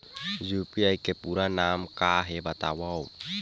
UPI के पूरा नाम का हे बतावव?